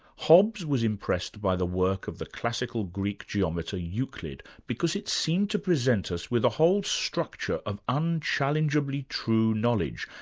hobbes was impressed by the work of the classical greek geometer euclid, because it seemed to present us with a whole structure of unchallengeably true knowledge,